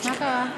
מה קרה?